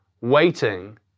Waiting